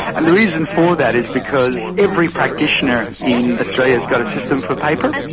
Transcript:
and the reason for that is because every practitioner in australia has got a system for paper.